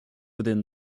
within